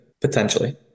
potentially